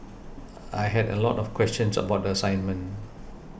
I had a lot of questions about the assignment